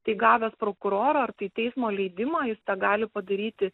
tai gavęs prokuroro ar tai teismo leidimą jis tą gali padaryti